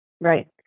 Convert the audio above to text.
right